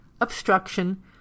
obstruction